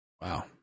Wow